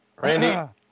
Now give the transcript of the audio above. Randy